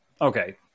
okay